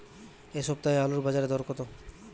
এ সপ্তাহে আলুর বাজারে দর কত?